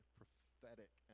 prophetic